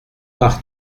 pars